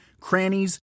crannies